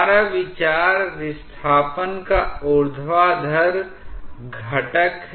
हमारा विचार विस्थापन का ऊर्ध्वाधर घटक है